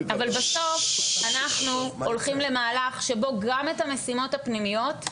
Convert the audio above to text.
בסוף אנחנו הולכים למהלך שבו גם את המשימות הפנימיות,